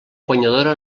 guanyadora